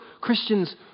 Christians